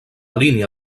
línia